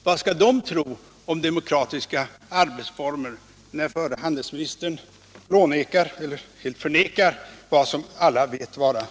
Vad skall dessa tjänstemän tro om demokratiska arbetsformer när förre handelsministern helt förnekar vad alla vet är en sanning?